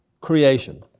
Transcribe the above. creation